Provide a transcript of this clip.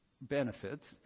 benefits